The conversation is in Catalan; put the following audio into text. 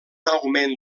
augment